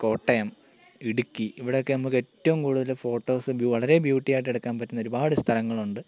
കോട്ടയം ഇടുക്കി ഇവിടെയൊക്കെ നമുക്ക് ഏറ്റവും കൂടുതൽ ഫോട്ടോസ് ബ്യു വളരെ ബ്യൂട്ടിയായിട്ട് എടുക്കാൻ പറ്റുന്ന ഒരുപാട് സ്ഥലങ്ങളുണ്ട്